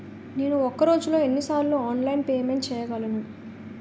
నేను ఒక రోజులో ఎన్ని సార్లు ఆన్లైన్ పేమెంట్ చేయగలను?